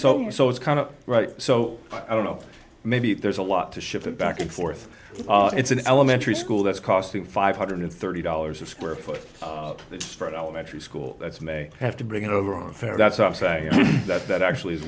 only so it's kind of right so i don't know maybe there's a lot to ship it back and forth it's an elementary school that's costing five hundred thirty dollars a square foot start elementary school that's may have to bring in over unfair that's why i'm saying that that actually is